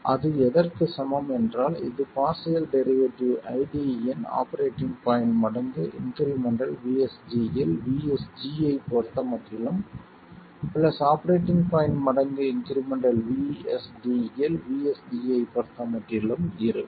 அது எதற்குச் சமம் என்றால் இது பார்சியல் டெரிவேட்டிவ் ID வின் ஆபரேட்டிங் பாய்ண்ட் மடங்கு இன்க்ரிமெண்டல் VSG இல் VSG ஐப் பொறுத்தமட்டிலும் பிளஸ் ஆபரேட்டிங் பாய்ண்ட் மடங்கு இன்க்ரிமெண்டல் VSD இல் VSD ஐப் பொறுத்தமட்டிலும் இருக்கும்